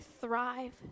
thrive